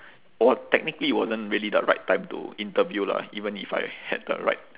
technically it wasn't really the right time to interview lah even if I had the right